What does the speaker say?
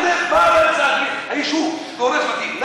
למה דרך היישוב, ?